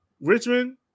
Richmond